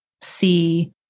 see